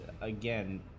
again